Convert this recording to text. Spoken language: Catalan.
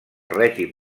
règim